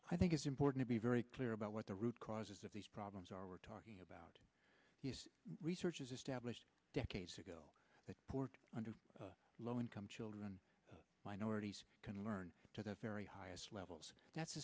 i think is important to be very clear about what the root causes of these problems are we're talking about research is established decades ago that poured under the low income children minorities can learn to the very highest levels that's